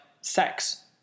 sex